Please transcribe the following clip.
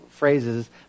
phrases